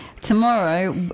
tomorrow